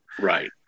Right